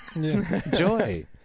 Joy